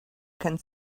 can